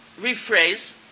rephrase